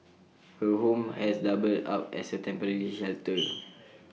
her home has doubled up as A temporary shelter